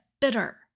bitter